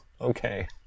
okay